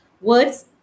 words